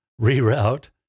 reroute